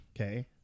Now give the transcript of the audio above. Okay